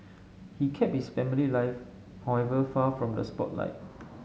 he kept his family life however far from the spotlight